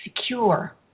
secure